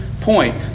point